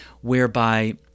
whereby